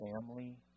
family